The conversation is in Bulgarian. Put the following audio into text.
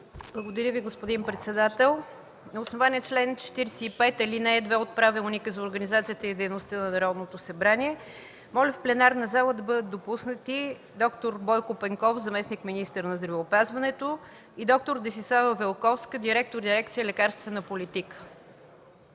Благодаря Ви, господин председател. На основание чл. 45, ал. 2 от Правилника за организацията и дейността на Народното събрание моля в пленарната зала да бъдат допуснати д-р Бойко Пенков – заместник-министър на здравеопазването, и д-р Десислава Велковска – директор дирекция „Лекарствена политика”.